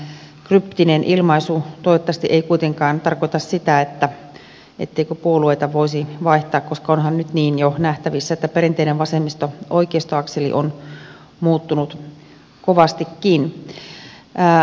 tämä kryptinen ilmaisu toivottavasti ei kuitenkaan tarkoita sitä etteikö puolueita voisi vaihtaa koska onhan nyt niin jo nähtävissä että perinteinen vasemmistooikeisto akseli on muuttunut kovastikin